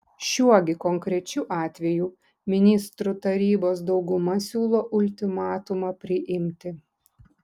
šiuo gi konkrečiu atveju ministrų tarybos dauguma siūlo ultimatumą priimti